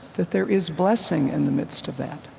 that there is blessing in the midst of that,